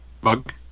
Bug